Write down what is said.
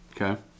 Okay